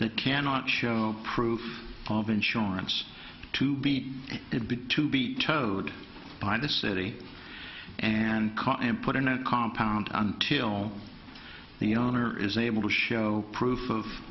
that cannot show proof of insurance to be it be to be towed by the city and car and put in a compound until the owner is able to show proof of